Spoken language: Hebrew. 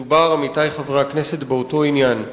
מדובר, עמיתי חברי הכנסת, באותו עניין.